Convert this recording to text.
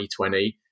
2020